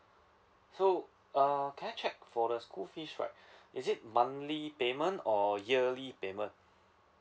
so uh can I check for the school fees right is it monthly payment or yearly payment